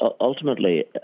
ultimately